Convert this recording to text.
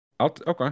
Okay